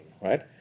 right